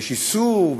ויש איסור,